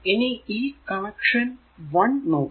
ഇനി ഈ കണക്ഷൻ 1 നോക്കുക